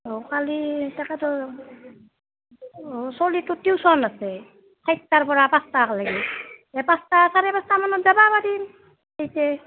অ' কালি তাকেতো ও চ'লিটুৰ টিউচন আছে চাইট্টাৰ পৰা পাঁচটাক লেগি এ পাঁচটা চাৰে পাঁচটা মানত যাব পাৰিম তিত্তে